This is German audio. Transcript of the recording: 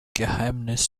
geheimnis